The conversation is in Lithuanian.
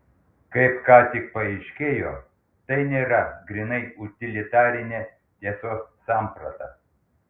kaip ką tik paaiškėjo tai nėra grynai utilitarinė tiesos samprata